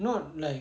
not like